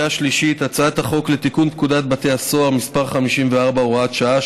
הצעת חוק לתיקון פקודת בתי הסוהר (מס' 54 והוראת שעה),